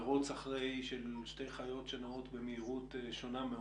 במהלך מרוץ בין שתי חיות שלכל אחת מהירות שונה.